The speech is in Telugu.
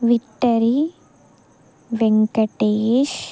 విక్టరి వెంకటేష్